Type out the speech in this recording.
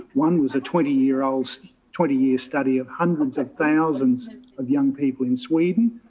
one was a twenty year olds, twenty year study of hundreds of thousands of young people in sweden.